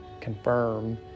confirm